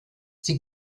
sie